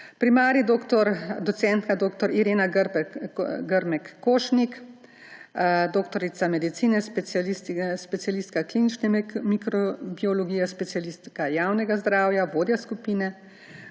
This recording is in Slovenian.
prim. doc. dr. Irena Grmek Košnik, doktorica medicine, specialistka klinične mikrobiologije, specialistka javnega zdravja, vodja skupine;